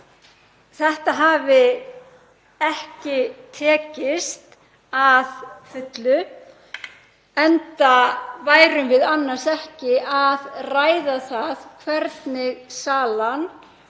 þetta hafi ekki tekist að fullu, enda værum við annars ekki að ræða það hvernig salan